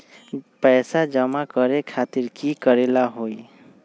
पैसा जमा करे खातीर की करेला होई?